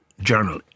journal